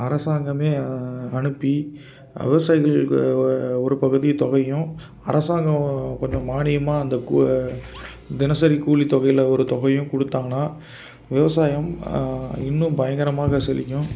அரசாங்கமே அனுப்பி விவசாயிகளுக்கு ஒரு பகுதி தொகையும் அரசாங்கம் கொஞ்சம் மானியமாக அந்த கூ தினசரி கூலி தொகைகளை ஒரு தொகையும் கொடுத்தாங்கனா விவசாயம் இன்னும் பயங்கரமாக செழிக்கும்